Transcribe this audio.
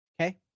Okay